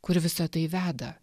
kur visa tai veda